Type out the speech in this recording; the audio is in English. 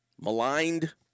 Maligned